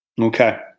Okay